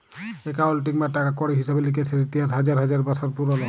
accounting বা টাকা কড়ির হিসেব লিকেসের ইতিহাস হাজার হাজার বসর পুরল